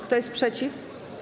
Kto jest przeciw?